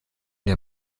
der